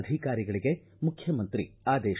ಅಧಿಕಾರಿಗಳಿಗೆ ಮುಖ್ಣಮಂತ್ರಿ ಆದೇಶ